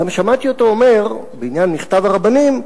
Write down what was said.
גם שמעתי אותו אומר בעניין מכתב הרבנים,